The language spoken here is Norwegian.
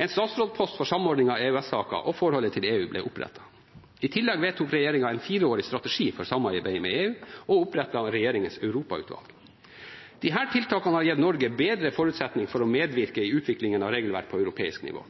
En statsrådspost for samordning av EØS-saker og forholdet til EU ble opprettet. I tillegg vedtok regjeringen en fireårig strategi for samarbeidet med EU og opprettet regjeringens europautvalg. Disse tiltakene har gitt Norge bedre forutsetninger for å medvirke i utviklingen av regelverk på europeisk nivå.